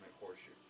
horseshoe